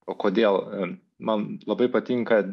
o kodėl man labai patinka